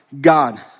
God